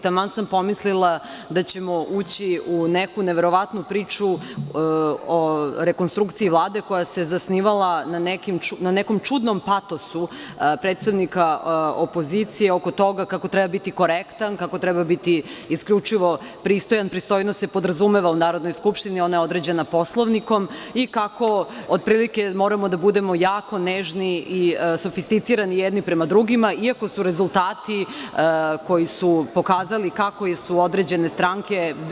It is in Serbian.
Taman sam pomislila da ćemo ući u neku neverovatnu priču o rekonstrukciji Vlade koja se zasnivala na nekom čudnom patosu predstavnika opozicije oko toga kako treba biti korektan, kako treba biti isključivo pristojan, pristojnost se podrazumeva u Narodnoj skupštini, ona je određena Poslovnikom, i kako otprilike moramo da budemo jako nežni i sofisticirani jedni prema drugima, iako su rezultati koji su pokazali kako su određene stranke…